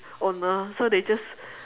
owner so they just